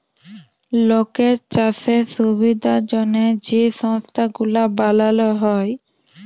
লকের চাষের সুবিধার জ্যনহে যে সংস্থা গুলা বালাল হ্যয়